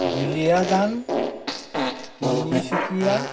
Duliajan Tinsukia